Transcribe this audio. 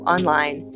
Online